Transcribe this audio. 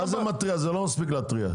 זה לא מספיק להתריע.